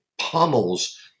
pummels